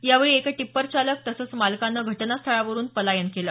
यावेळी एका टिप्पर चालक तसंच मालकानं घटनास्थळावरून पलायन केलं